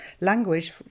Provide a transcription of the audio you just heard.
language